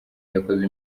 yakoze